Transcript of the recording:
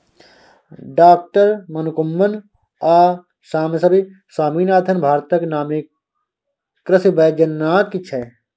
डॉ मनकुंबन आ सामसिब स्वामीनाथन भारतक नामी कृषि बैज्ञानिक छै